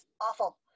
awful